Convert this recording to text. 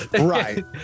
right